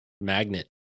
magnet